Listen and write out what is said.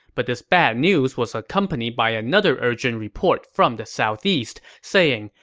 but this bad news was accompanied by another urgent report from the southeast, saying,